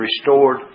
restored